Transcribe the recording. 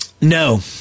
No